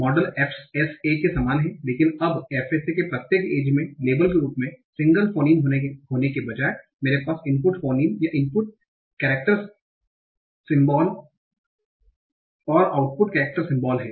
model FSA के समान है लेकिन अब FSA के प्रत्येक एज में लेबल के रूप में सिंगल फोनीम होने के बजाय मेरे पास इनपुट फ़ोनीम या इनपुट केरेक्टेर सिमबोल और आउटपुट कैरेक्टर सिमबोल है